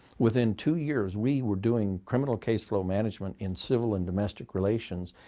within two years we were doing criminal caseflow management in civil and domestic relations.